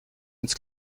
ins